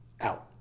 out